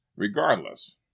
Regardless